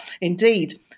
Indeed